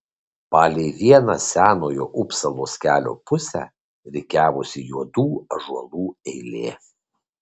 palei vieną senojo upsalos kelio pusę rikiavosi juodų ąžuolų eilė